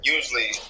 Usually